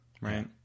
right